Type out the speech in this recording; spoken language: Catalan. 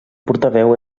portaveu